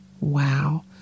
Wow